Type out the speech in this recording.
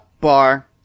bar